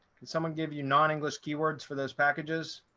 can someone give you non english keywords for those packages?